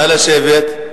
נא לשבת.